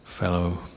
fellow